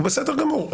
בסדר גמור.